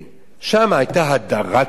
שם היתה הדרת נשים.